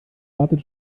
wartet